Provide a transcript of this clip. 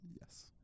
Yes